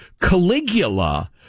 Caligula